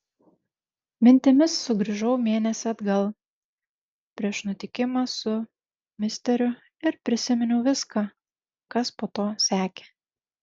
mintimis sugrįžau mėnesį atgal prieš nutikimą su misteriu ir prisiminiau viską kas po to sekė